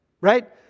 right